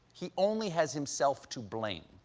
he only has himself to blame.